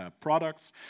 products